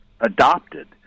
adopted